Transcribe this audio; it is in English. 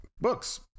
Books